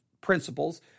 principles